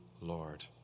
Lord